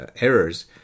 errors